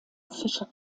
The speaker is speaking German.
fischer